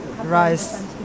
Rice